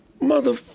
mother